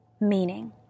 meaning